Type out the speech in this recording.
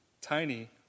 tiny